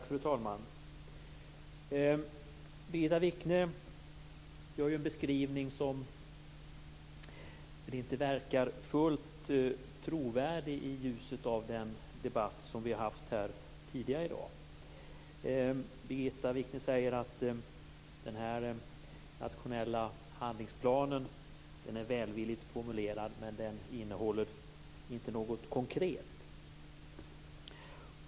Fru talman! Birgitta Wichne gör en beskrivning som inte verkar fullt trovärdig i ljuset av den debatt som vi har haft här tidigare i dag. Hon säger att den nationella handlingsplanen är välvilligt formulerad men att den inte innehåller något konkret.